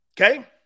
okay